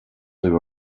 blew